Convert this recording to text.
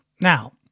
Now